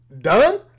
done